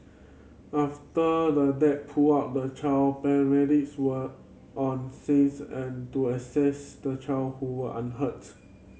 after the dad pulled out the child paramedics were on scenes and to assess the child who were unhurts